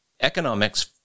economics